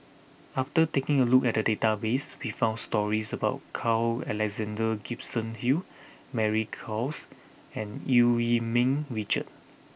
after taking a look at the database we found stories about Carl Alexander Gibson Hill Mary Klass and Eu Yee Ming Richard